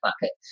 bucket